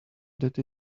that